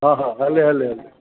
हा हा हले हले हले